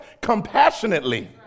compassionately